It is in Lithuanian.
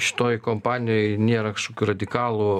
šitoj kompanijoj nėra kažkokių radikalų